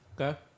Okay